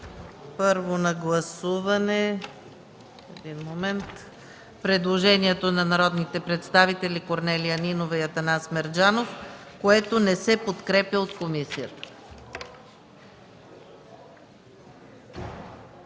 първо на гласуване предложението на народните представители Корнелия Нинова и Атанас Мерджанов, което не се подкрепя от комисията.